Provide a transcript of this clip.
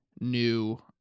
new